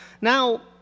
Now